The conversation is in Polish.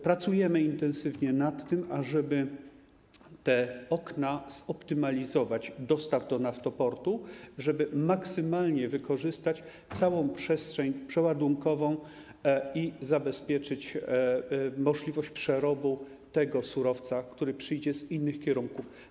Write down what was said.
Pracujemy intensywnie nad tym, ażeby te okna dostaw do Naftoportu zoptymalizować, żeby maksymalnie wykorzystać całą przestrzeń przeładunkową i zabezpieczyć możliwość przerobu tego surowca, który przyjdzie z innych kierunków.